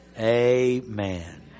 amen